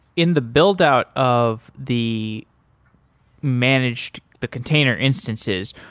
in the build out of the managed, the container instances,